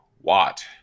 Watt